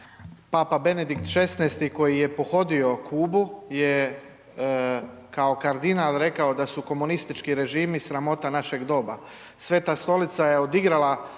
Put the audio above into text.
papa Benedikt XVI koji je pohodio Kubu je kao kardinal rekao da su komunistički režimi sramota našeg doba. Sveta Stolica je odigrala